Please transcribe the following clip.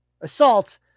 assault